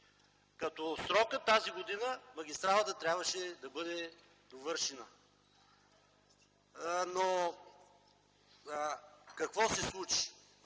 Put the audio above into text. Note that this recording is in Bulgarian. като срокът – тази година, магистралата трябваше да бъде довършена. Но какво се случи?